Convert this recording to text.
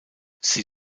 sie